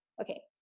Okay